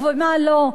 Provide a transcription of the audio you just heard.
ובמה לא.